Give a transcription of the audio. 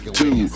two